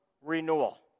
renewal